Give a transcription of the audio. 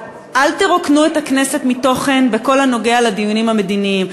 אל תרוקנו את הכנסת מתוכן בכל הקשור לדיונים המדיניים.